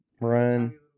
run